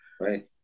right